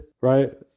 right